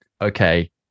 okay